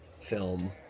film